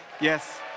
yes